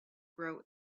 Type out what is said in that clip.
grow